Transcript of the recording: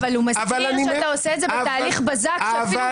אבל הוא מסביר שאתה עושה את זה בתהליך בזק שאפילו